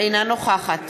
אינה נוכחת